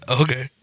Okay